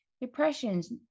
depressions